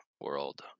world